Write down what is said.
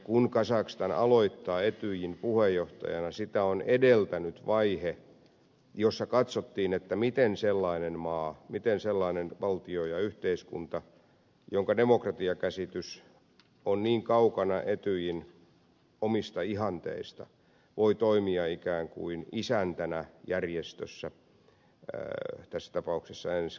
kun kazakstan aloittaa etyjin puheenjohtajana sitä on edeltänyt vaihe jossa katsottiin miten sellainen maa sellainen valtio ja yhteiskunta jonka demokratiakäsitys on niin kaukana etyjin omista ihanteista voi toimia ikään kuin isäntänä järjestössä tässä tapauksessa ensi kalenterivuoden ajan